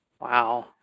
wow